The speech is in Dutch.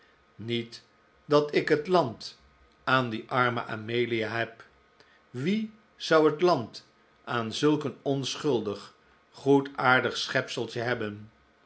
niet dat ik het land aan die arme amelia heb wie zou het land aan zulk een onschuldig goedaardig schepseltje hebben